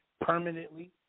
permanently